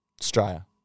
Australia